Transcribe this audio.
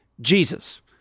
Jesus